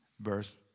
verse